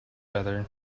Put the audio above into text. other